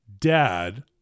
dad